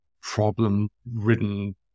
problem-ridden